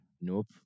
Nope